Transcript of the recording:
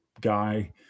guy